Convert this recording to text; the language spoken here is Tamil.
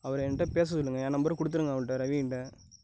அவரை என்கிட்ட பேச சொல்லுங்க என் நம்பரையும் கொடுத்துருங்க அவர்கிட்ட ரவிகிட்டே